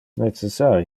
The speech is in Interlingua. necessari